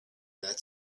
that